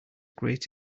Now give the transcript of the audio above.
great